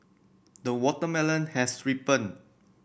the watermelon has ripened